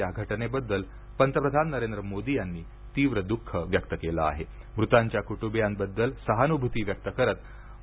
या घटने बद्दल पंतप्रधान नरेंद्र मोदी यांनी तीव्र द्ख व्यक्त केलं असून मृतांच्या कुटुंबीयांबद्दल सहानुभूती व्यक्त केली आहे